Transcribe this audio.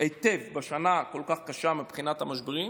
היטב בשנה כל כך קשה מבחינת המשברים.